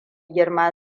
girma